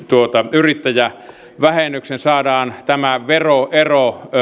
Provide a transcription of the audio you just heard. yrittäjävähennyksen saadaan tämä veroero